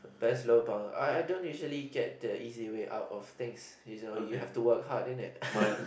best lobang I I don't usually get the easy way out of things you know you have to work hard in it